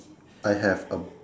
I have a